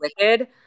wicked